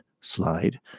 slide